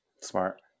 Smart